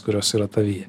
kurios yra tavyje